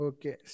Okay